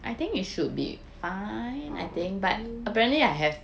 oh